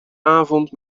avond